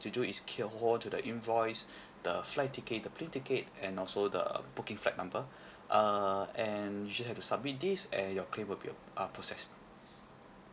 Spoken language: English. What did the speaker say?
to do is keep hold on to the invoice the flight ticket the plane ticket and also the booking flight number uh and you just have to submit these and your claim will be uh processed